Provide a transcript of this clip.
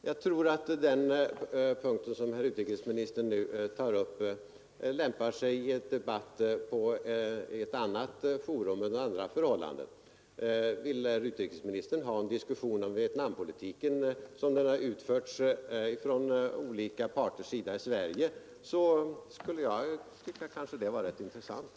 Herr talman! Den punkt som utrikesministern nu tog upp tror jag lämpar sig för en debatt under andra förhållanden. Vill utrikesministern ha en diskussion om Vietnampolitiken sådan den har förts från olika parters sida i Sverige, skulle jag tycka att det vore rätt intressant.